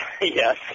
Yes